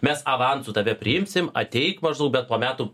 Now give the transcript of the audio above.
mes avansu tave priimsim ateik maždaug bet po metų